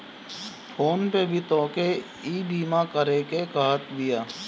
phone पे भी तोहके ईबीमा करेके कहत बिया